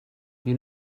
you